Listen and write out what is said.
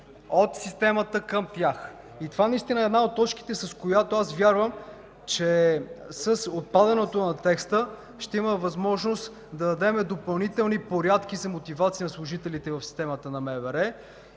от системата към тях. Това е една от точките, за която вярвам, че с отпадането на текста ще имаме възможност да дадем допълнителни порядки за мотивация на служителите в системата на МВР